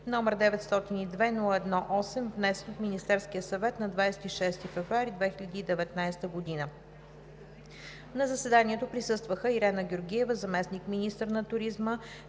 № 902-01-8, внесен от Министерския съвет на 26 февруари 2019 г. На заседанието присъстваха: Ирена Георгиева – заместник-министър на туризма,